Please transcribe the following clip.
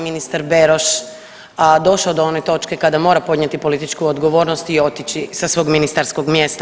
ministar Beroš došao do one točke kada mora podnijeti političku odgovornost i otići sa svog ministarskog mjesta.